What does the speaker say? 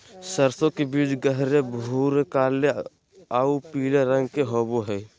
सरसों के बीज गहरे भूरे काले आऊ पीला रंग के होबो हइ